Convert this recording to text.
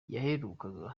yaherukaga